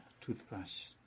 toothbrush